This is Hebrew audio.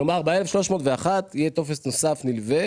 כלומר ב-1301 יהיה טופס נוסף נלווה